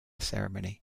ceremony